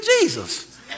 Jesus